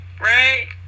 Right